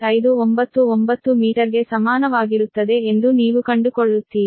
599 ಮೀಟರ್ಗೆ ಸಮಾನವಾಗಿರುತ್ತದೆ ಎಂದು ನೀವು ಕಂಡುಕೊಳ್ಳುತ್ತೀರಿ